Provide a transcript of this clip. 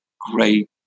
Great